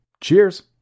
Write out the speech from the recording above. Cheers